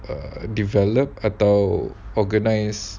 err develop atau organise